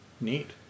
Neat